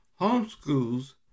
Homeschools